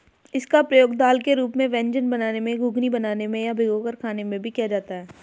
इसका प्रयोग दाल के रूप में व्यंजन बनाने में, घुघनी बनाने में या भिगोकर खाने में भी किया जाता है